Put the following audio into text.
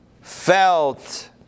felt